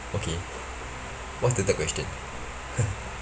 okay what's the third question